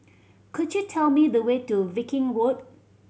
could you tell me the way to Viking Walk